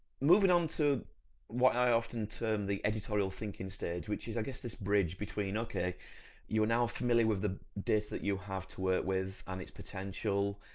moving on to what i often term the editorial thinking stage which is i guess this bridge between, okay you are now familiar with the data that you have to work with and its potential,